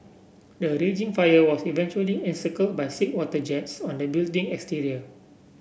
the raging fire was eventually encircle by water jets on the building exterior